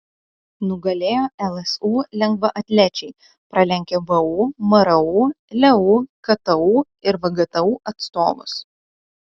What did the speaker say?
nugalėjo lsu lengvaatlečiai pralenkę vu mru leu ktu ir vgtu atstovus